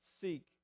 seek